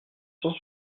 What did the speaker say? cent